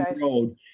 Road